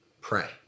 pray